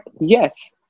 Yes